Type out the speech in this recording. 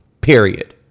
Period